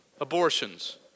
abortions